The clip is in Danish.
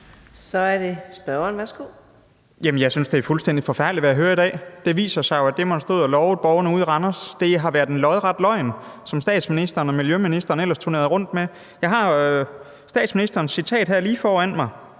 Zimmermann (DF): Jeg synes, det er fuldstændig forfærdeligt, hvad jeg hører i dag. Det viser sig jo, at det, man stod og lovede borgerne ude i Randers, har været en lodret løgn – det, som statsministeren og miljøministeren ellers turnerede rundt med. Jeg har citatet med statsministeren her lige foran mig,